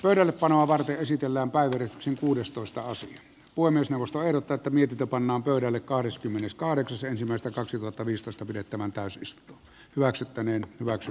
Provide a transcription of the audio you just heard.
verollepanoa varten esitellään päivi rissasen kuudestoistaosan voi myös nousta tätä mietitä pannaan pöydälle kahdeskymmeneskahdeksas ensimmäistä kaksituhattaviisitoista pidettävän pääsystä hyväksyttäneen väki